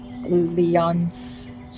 Leon's